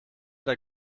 der